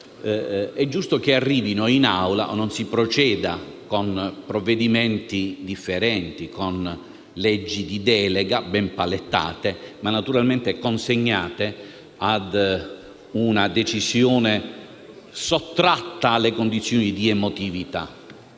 politico, arrivino in Aula e non si proceda invece con provvedimenti differenti, con leggi di delega, ben palettate, ma naturalmente consegnate a una decisione sottratta alle condizioni di emotività.